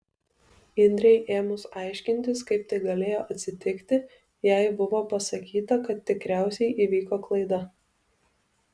indrei ėmus aiškintis kaip tai galėjo atsitikti jai buvo pasakyta kad tikriausiai įvyko klaida